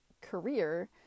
career